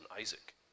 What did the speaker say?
Isaac